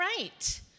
right